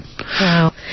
Wow